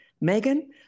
Megan